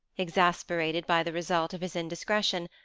exasperated by the result of his indiscretion,